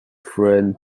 friend